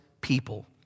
people